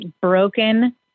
broken